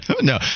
no